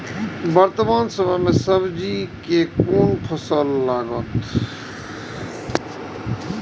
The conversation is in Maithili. वर्तमान समय में सब्जी के कोन फसल लागत?